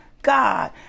god